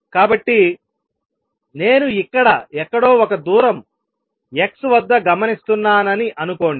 కాబట్టి నేను ఇక్కడ ఎక్కడో ఒక దూరం x వద్ద గమనిస్తున్నానని అనుకోండి